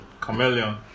chameleon